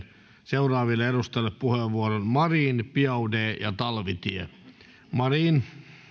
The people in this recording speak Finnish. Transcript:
seuraaville edustajille puheenvuorot marin biaudet ja talvitie